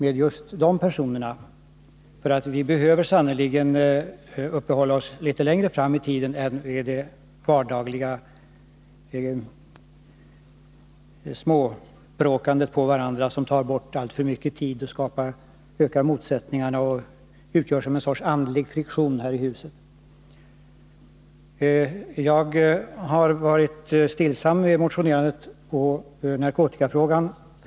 Vi behöver sannerligen se problemen i ett litet längre tidsperspektiv, i stället för att ägna oss åt det vardagliga småbråkandet med varandra, som tar bort alltför mycket tid, ökar motsättningarna och utgör en sorts andlig friktion här i huset. Jag har på senare tid varit återhållsam med motionerandet i narkotikafrågan.